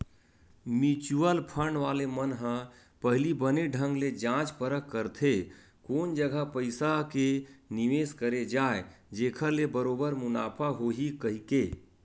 mutual fund वाले मन ह पहिली बने ढंग ले जाँच परख करथे कोन जघा पइसा के निवेस करे जाय जेखर ले बरोबर मुनाफा होही कहिके